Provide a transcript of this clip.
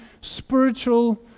spiritual